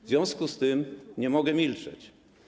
W związku z tym nie mogę milczeć.